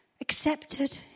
accepted